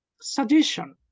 suggestion